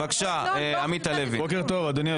בוקר טוב.